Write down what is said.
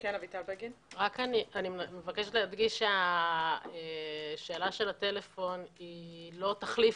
אני מבקשת להדגיש ששאלת הטלפון היא לא תחליף